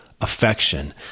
affection